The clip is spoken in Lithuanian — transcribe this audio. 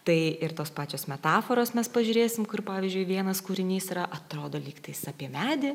tai ir tos pačios metaforos mes pažiūrėsim kur pavyzdžiui vienas kūrinys yra atrodo lyg tais apie medį